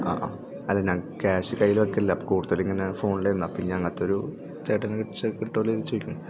ആ ആ അതെ ഞാൻ ക്യാഷ് കയ്യിൽ വെക്കില്ല കൂടുതലിങ്ങനെ ഫോണിലായിരുന്നു അപ്പം ഇനി അങ്ങനെത്തൊരു ചേട്ടനെ വിളിച്ചാൽ കിട്ടില്ലേന്ന് ചോദിക്കുക ആണ്